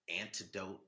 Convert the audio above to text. antidote